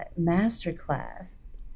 masterclass